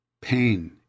pain